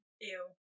Ew